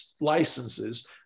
licenses